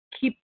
keep